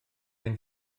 ein